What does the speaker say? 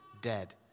dead